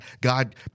God